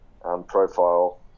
profile